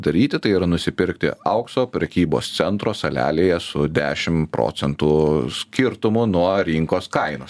daryti tai yra nusipirkti aukso prekybos centro salelėje su dešim procentų skirtumu nuo rinkos kainos